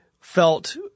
felt